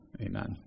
Amen